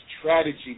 strategy